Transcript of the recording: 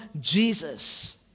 Jesus